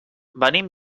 venim